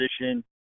position